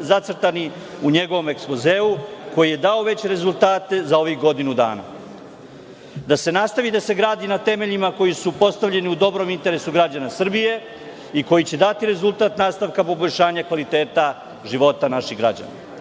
zacrtani u njegovom ekspozeu, koji je dao već rezultate za ovih godinu dana, da se nastavi da se gradi na temeljima koji su postavljeni u dobrom interesu građana Srbije i koji će dati rezultat nastavka poboljšanja kvaliteta života naših građana. Sve